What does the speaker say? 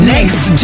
Next